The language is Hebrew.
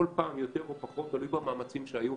כל פעם יותר או פחות ותלוי במאמצים שהיו.